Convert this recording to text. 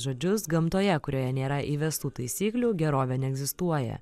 žodžius gamtoje kurioje nėra įvestų taisyklių gerovė neegzistuoja